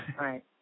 Right